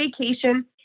vacation